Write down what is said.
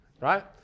right